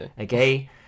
Okay